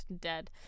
dead